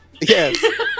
Yes